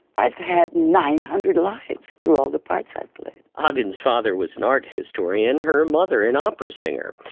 i've had nine hundred lives through all the parts i've played huggins father was an art historian her mother an opera singer.